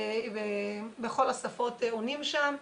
בכל השפות עונים שם,